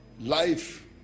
Life